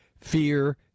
fear